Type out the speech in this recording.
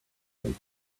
from